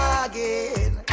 again